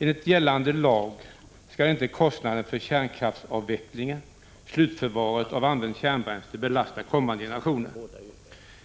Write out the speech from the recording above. Enligt gällande lag skall inte kostnaderna för kärnkraftsavvecklingen och slutförvaret av använt kärnbränsle belasta kommande generationer.